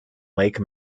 lake